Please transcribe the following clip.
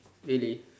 really